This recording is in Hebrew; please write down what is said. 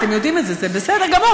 אתם יודעים את זה, זה בסדר גמור.